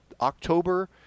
october